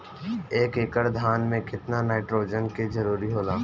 एक एकड़ धान मे केतना नाइट्रोजन के जरूरी होला?